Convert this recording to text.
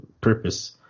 purpose